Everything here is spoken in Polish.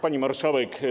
Pani Marszałek!